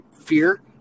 fear